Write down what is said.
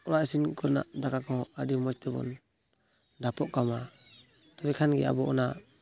ᱚᱱᱟ ᱤᱥᱤᱱ ᱠᱚᱨᱮᱱᱟᱜ ᱫᱟᱠᱟ ᱠᱚᱦᱚᱸ ᱟᱹᱰᱤ ᱢᱚᱡᱽ ᱛᱮᱵᱚᱱ ᱰᱷᱟᱯᱚᱜ ᱠᱟᱜᱢᱟ ᱛᱚᱵᱮ ᱠᱷᱟᱱ ᱜᱮ ᱟᱵᱚ ᱚᱱᱟ